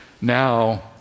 Now